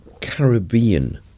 Caribbean